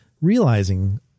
realizing